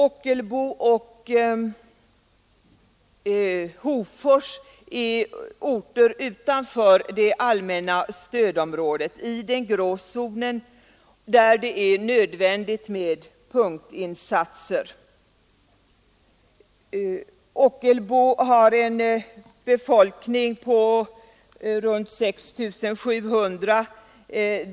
Ockelbo och Hofors är orter utanför det allmänna stödområdet i den grå zonen, där det är nödvändigt med punktinsatser. Ockelbo har en befolkning på runt 6 700 personer.